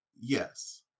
yes